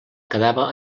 quedava